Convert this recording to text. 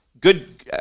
good